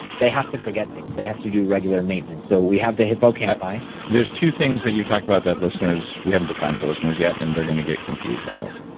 they have to forget things they have to do regular maintenance. so we have the hippocampi there's two things that you've talked about that we haven't defined for listeners yet, and they're going to get confused on this.